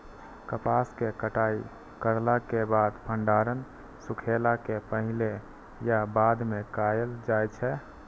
कपास के कटाई करला के बाद भंडारण सुखेला के पहले या बाद में कायल जाय छै?